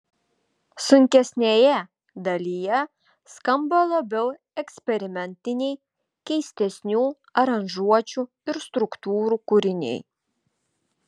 sunkesnėje dalyje skamba labiau eksperimentiniai keistesnių aranžuočių ir struktūrų kūriniai